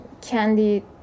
candy